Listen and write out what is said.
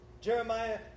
Jeremiah